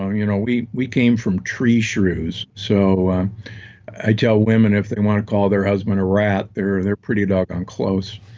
um you know we we came from tree shrews, so um i tell women, if they want to call their husband a rat, they're they're pretty doggone close.